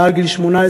מעל גיל 18,